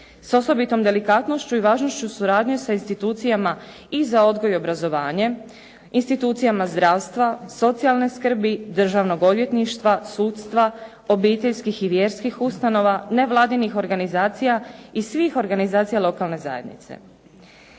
s osobitom delikatnošću i važnošću suradnje sa institucijama i za odgoj i obrazovanje, institucijama zdravstva, socijalne skrbi, državnog odvjetništva, sudstva, obiteljskih i vjerskih ustanova, nevladinih organizacija i svih organizacija lokalne zajednice.